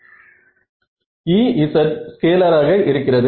Ez ஸ்கேலாராக இருக்கிறது